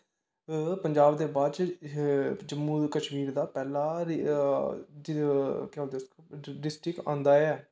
पजांब दे बाद च जम्मू कशमीर दा पहला केह् बोलदे उसको पहला डिस्ट्रिक्ट आंदा ऐ